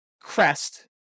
crest